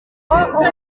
uhabwe